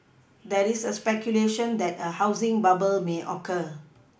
there is a speculation that a housing bubble may occur